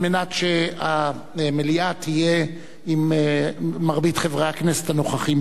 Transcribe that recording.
על מנת שהמליאה תהיה עם מרבית חברי הכנסת הנוכחים